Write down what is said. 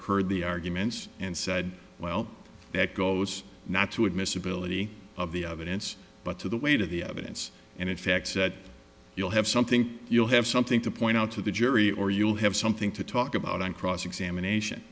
heard the arguments and said well that goes not to admissibility of the evidence but to the weight of the evidence and in fact said you'll have something you'll have something to point out to the jury or you'll have something to talk about on cross examination